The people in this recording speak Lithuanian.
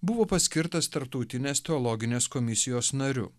buvo paskirtas tarptautinės teologinės komisijos nariu